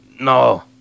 No